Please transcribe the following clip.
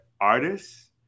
artists